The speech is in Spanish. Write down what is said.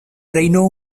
reino